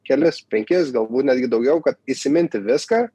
kelis penkis galbūt netgi daugiau kad įsiminti viską